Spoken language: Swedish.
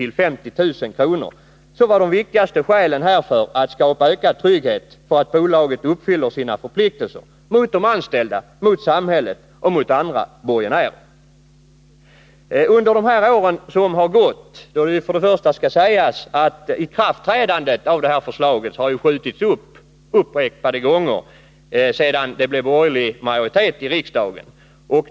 till 50 000 kr., var de viktigaste skälen härför att skapa ökad säkerhet för att bolaget uppfyller sina förpliktelser mot de anställda, mot samhället och mot borgenärer över huvud taget. Det bör nämnas att förslagets ikraftträdande har uppskjutits flera gånger under de här åren då det varit borgerlig majoritet i riksdagen.